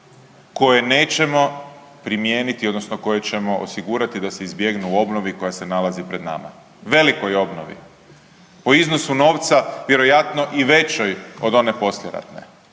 koje nećemo primijeniti, odnosno koje ćemo osigurati da se izbjegnu u obnovi koja se nalazi pred nama. Velikoj obnovi. O iznosu novca vjerojatno i većoj od one poslijeratne